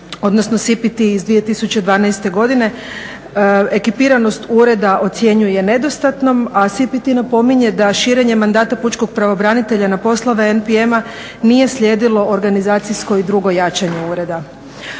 odnosno SPT iz 2012. godine, ekipiranost ureda ocjenjuje nedostatnom, a SPT napominje da širenjem mandata Pučkog pravobranitelja na poslove NPM-a nije slijedilo organizacijsko i drugo jačanje ureda.